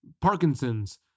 Parkinson's